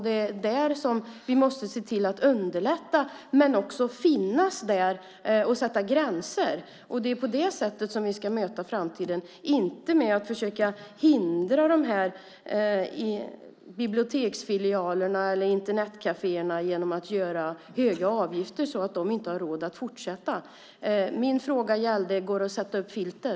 Det är där som vi måste se till att underlätta men också finnas och sätta gränser. Det är på det sättet som vi ska möta framtiden inte genom att försöka hindra de här biblioteksfilialerna eller Internetkaféerna med höga avgifter så att de inte har råd att fortsätta. Min fråga var: Går det att sätta upp filter?